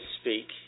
speak